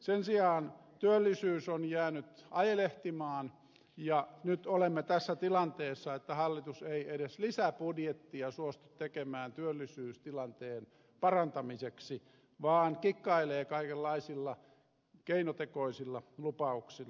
sen sijaan työllisyys on jäänyt ajelehtimaan ja nyt olemme tässä tilanteessa että hallitus ei edes lisäbudjettia suostu tekemään työllisyystilanteen parantamiseksi vaan kikkailee kaikenlaisilla keinotekoisilla lupauksilla